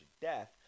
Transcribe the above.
death